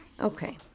Okay